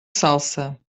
salsa